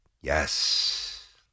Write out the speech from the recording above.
Yes